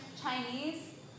Chinese